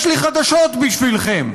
יש לי חדשות בשבילכם.